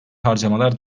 harcamalar